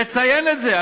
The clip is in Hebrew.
תציין את זה.